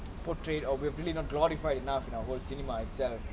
portrayed or we have really not glorified enough in our cinema itself